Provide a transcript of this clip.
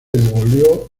devolvió